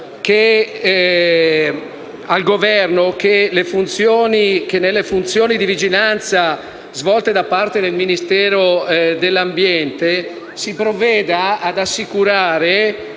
al Governo che, nelle funzioni di vigilanza svolte dal Ministero dell'ambiente, si preveda ad assicurare